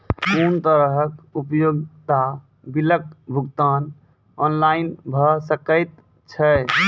कुनू तरहक उपयोगिता बिलक भुगतान ऑनलाइन भऽ सकैत छै?